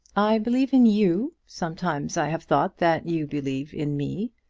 i believe in you. sometimes i have thought that you believe in me,